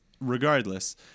Regardless